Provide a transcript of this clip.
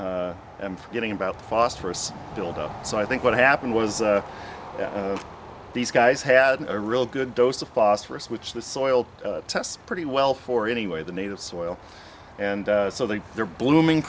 m getting about phosphorus build up so i think what happened was that these guys had a real good dose of phosphorus which the soil tests pretty well for anyway the native soil and so they are blooming